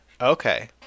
Okay